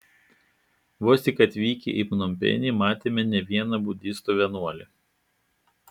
vos tik atvykę į pnompenį matėme ne vieną budistų vienuolį